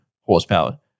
horsepower